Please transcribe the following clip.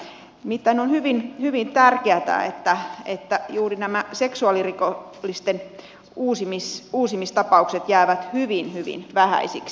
nimittäin on hyvin hyvin tärkeätä että juuri nämä seksuaalirikollisten uusimistapaukset jäävät hyvin hyvin vähäisiksi